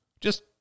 Just